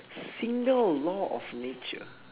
single law of nature